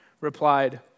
replied